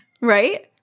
Right